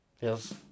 Yes